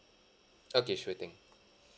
okay sure thing